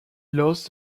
lost